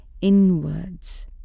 inwards